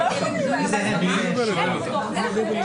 אין לך הוכחה שבוצעה עבירה.